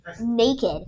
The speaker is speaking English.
naked